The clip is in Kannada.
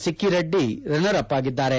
ಸಿಕ್ಕಿರೆಡ್ಡಿ ರನ್ನರ್ ಅಪ್ ಆಗಿದ್ದಾರೆ